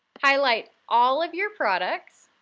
highlight all of your products,